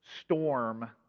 storm